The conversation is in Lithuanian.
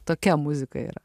tokia muzika yra